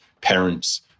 parents